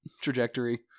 trajectory